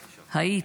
היית".